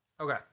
Okay